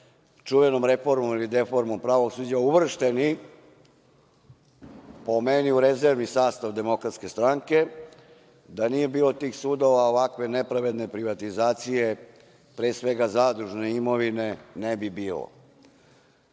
čuvenom reformom ili deformom pravosuđa uvršteni po meni u rezervni sastav Demokratske stranke, da nije bilo tih sudova, ovakve nepravedne privatizacije, pre svega zadružne imovine, ne bi